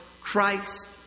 Christ